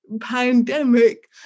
pandemic